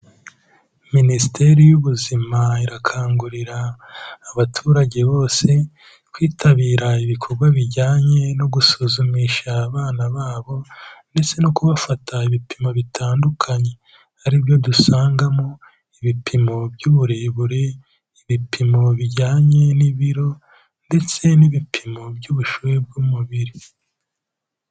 Minisiteri y'ubuzima irakangurira abaturage bose kwitabira ibikorwa bijyanye no gusuzumisha abana babo ndetse no kubafata ibipimo bitandukanye ari byo dusangamo ibipimo by'uburebure, ibipimo bijyanye n'ibiro ndetse n'ibipimo by'ubushyuhe bw'umubiri.